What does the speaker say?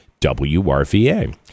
WRVA